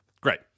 great